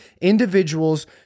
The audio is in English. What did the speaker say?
individuals